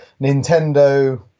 Nintendo